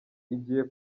igiye